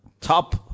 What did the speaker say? top